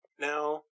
Now